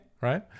right